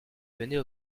venait